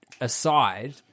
aside